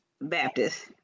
Baptist